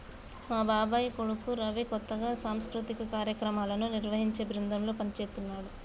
మా బాబాయ్ కొడుకు రవి కొత్తగా సాంస్కృతిక కార్యక్రమాలను నిర్వహించే బృందంలో పనిజేత్తన్నాడు